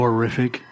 Horrific